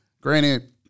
granted